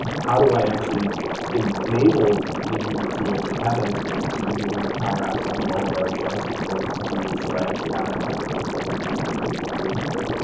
how do i actually enable the user to and actually have that experience? so using things like power apps to do all of our ah hr systems through. so i actually have that time a way reporting and and the visibility there.